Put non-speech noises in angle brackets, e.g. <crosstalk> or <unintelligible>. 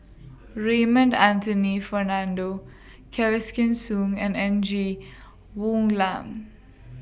Raymond Anthony Fernando <unintelligible> Soon and N G Woon Lam